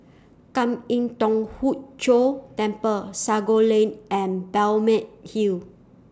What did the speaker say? Kwan Im Thong Hood Cho Temple Sago and Balmeg Hill